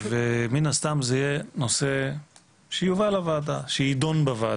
מן הסתם זה יהיה נושא שיידון בוועדה,